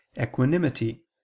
equanimity